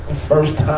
first